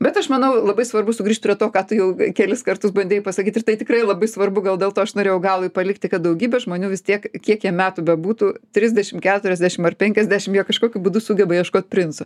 bet aš manau labai svarbu sugrįžt prie to ką tu jau kelis kartus bandei pasakyt ir tai tikrai labai svarbu gal dėl to aš norėjau galui palikti kad daugybė žmonių vis tiek kiek jiem metų bebūtų trisdešim keturiasdešim ar penkiasdešim jie kažkokiu būdu sugeba ieškot princo